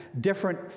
different